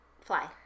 Fly